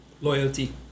Loyalty